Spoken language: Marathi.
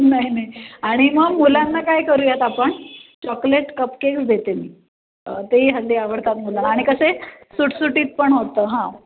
नाही नाही आणि मग मुलांना काय करूयात आपण चॉकलेट कपकेक देते मी तेही हल्ली आवडतात मुलांना आणि कसे सुटसुटीत पण होतं हां